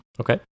okay